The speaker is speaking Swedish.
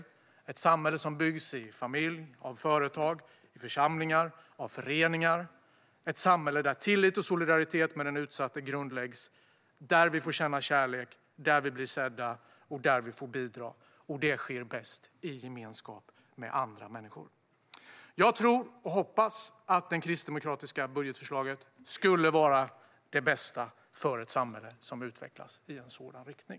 Det ska vara ett samhälle som byggs i familjer och av företag, församlingar och föreningar. Det ska vara ett samhälle där tillit och solidaritet med den utsatte grundläggs, där vi får känna kärlek, där vi blir sedda och där vi får bidra. Och det sker bäst i gemenskap med andra människor. Jag tror och hoppas att det kristdemokratiska budgetförslaget skulle vara det bästa för ett samhälle som utvecklas i en sådan riktning.